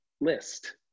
list